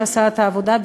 שעשה את העבודה,